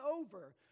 over